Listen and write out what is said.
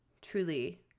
truly